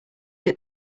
that